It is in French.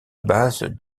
base